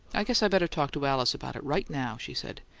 i guess i better talk to alice about it right now, she said.